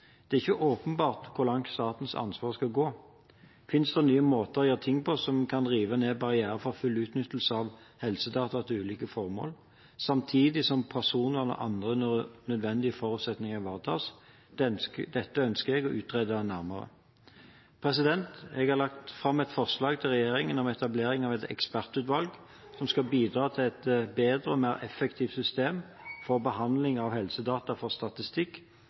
Det er ikke åpenbart hvor langt statens ansvar skal gå. Finnes det nye måter å gjøre ting på som kan rive ned barrierene for full utnyttelse av helsedata til ulike formål, samtidig som personvern og andre nødvendige forutsetninger ivaretas? Dette ønsker jeg å utrede nærmere. Jeg har lagt fram et forslag til regjeringen om etablering av et ekspertutvalg som skal bidra til et bedre og mer effektivt system for behandling av helsedata for statistikk,